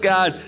God